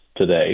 today